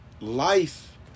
life